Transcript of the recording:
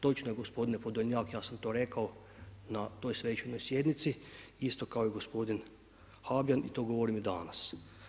Točno je gospodine Podolnjak, ja sam to rekao na toj svečanoj sjednici isto kao i gospodin Habjan i to govorim i danas.